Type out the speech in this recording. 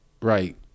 right